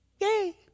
Yay